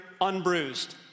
unbruised